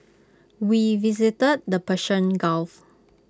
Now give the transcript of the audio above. we visited the Persian gulf